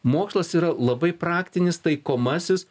mokslas yra labai praktinis taikomasis